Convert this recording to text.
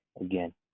again